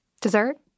Dessert